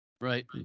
right